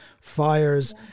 fires